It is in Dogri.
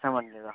दस्सें बंदे दा